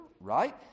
right